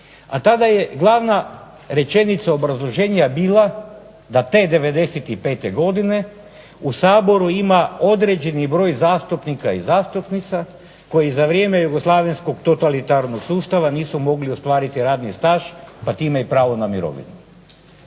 a tada je glavna rečenica obrazloženja bila da te '95. godine u Saboru ima određeni broj zastupnika i zastupnica koji za vrijeme jugoslavenskog totalitarnog sustava nisu mogli ostvariti radni staž, a time i pravo na mirovinu.